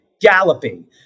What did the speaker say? galloping